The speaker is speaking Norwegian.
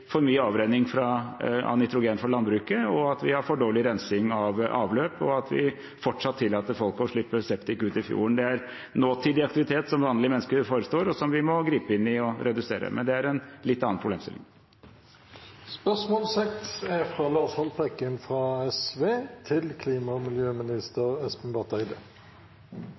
mye avrenning av nitrogen fra landbruket, at vi har for dårlig rensing av avløp, og at vi fortsatt tillater folk å slippe septik ut i fjorden. Det er nåtidig aktivitet som vanlige mennesker forestår, og som vi må gripe inn i og redusere. Men det er en litt annen problemstilling. «For å få lov til å forurense må det være «nødvendig». Forurensingstillatelsen til